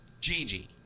Gigi